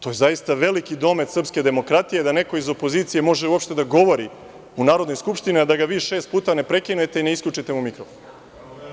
To je zaista veliki domet srpske demokratije da neko iz opozicije može uopšte da govori u Narodnoj skupštini, a da ga vi šest puta ne prekinete i ne isključite mu mikrofon.